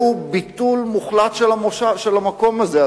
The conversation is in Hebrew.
שהוא ביטול של המקום הזה,